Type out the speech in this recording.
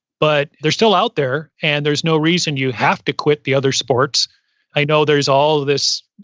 but they're still out there, and there's no reason you have to quit the other sports i know there's all this,